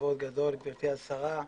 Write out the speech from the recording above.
כבוד גדול גברתי השרה,